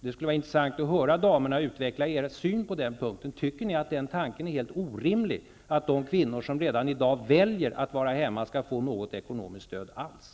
Det skulle vara intressant att höra damerna utveckla synen på den punkten. Finner ni tanken helt orimlig att de kvinnor som redan i dag väljer att vara hemma skall få något ekonomiskt stöd alls?